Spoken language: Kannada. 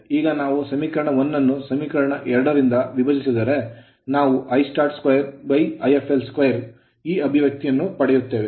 ಈಗ ನಾವು ಸಮೀಕರಣ 1 ಅನ್ನು ಸಮೀಕರಣ 2 ರಿಂದ ವಿಭಜಿಸಿದರೆ ನಾವು 22ಈ expression ಅಭಿವ್ಯಕ್ತಿಯನ್ನು ಪಡೆಯುತ್ತೇವೆ